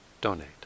donate